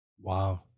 Wow